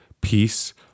peace